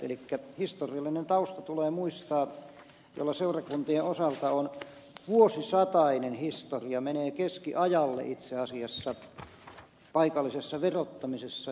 elikkä historiallinen tausta tulee muistaa ja seurakuntien osalta on vuosisatainen historia menee keskiajalle itse asiassa paikallisessa verottamisessa